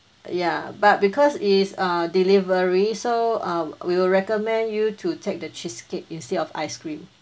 ya but because it's uh delivery so uh we will recommend you to take the cheesecake instead of ice cream